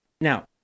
Now